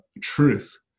truth